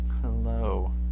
Hello